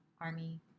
army